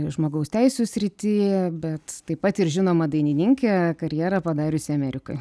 žmogaus teisių srity bet taip pat ir žinoma dainininkė karjerą padariusi amerikoj